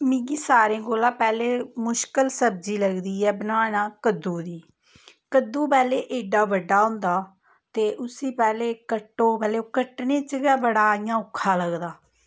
मिगी सारें कोला पैह्लें मुश्कल सब्जी लगदी ऐ बनाना कद्दू दी कद्दू पैह्लें एड्डा बड्डा होंदा ते उस्सी पैह्लें कट्टो पैह्लें ओह् कट्टने च गै बड़ा इ'यां औखा लगदा